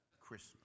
Christmas